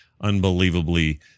unbelievably